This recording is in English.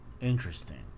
interesting